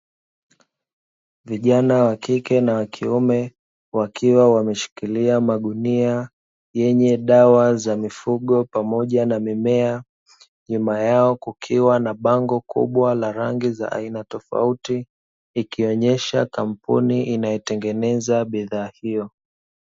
Vijana wakike na wakiume wakiwa wameshikilia magunia yenye dawa za mifugo pamoja na mimea. Nyuma yao kukiwa na bango kubwa la rangi za aina tofauti ikionyesha kampuni inayotengeneza bidhaa hiyo.